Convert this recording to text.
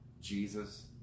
Jesus